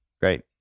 Great